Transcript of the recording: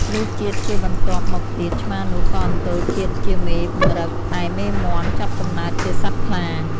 លុះជាតិជាបន្ទាប់មកទៀត ឆ្មានោះ ក៏អន្ទោលជាតិជាមេម្រឹត ឯមេមាន់ ចាប់កំណើតជាសត្វខ្លា ។